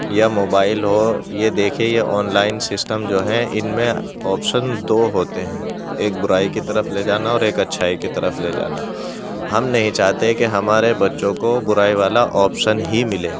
یا موبائل ہو یہ دیکھے یہ آنلائن سسٹم جو ہے ان میں آپشن دو ہوتے ہیں ایک برائی کی طرف لے جانا اور ایک اچھائی کی طرف لے جانا ہم نہیں چاہتے کہ ہمارے بچوں کو برائی والا آپشن ہی ملے